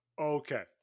Okay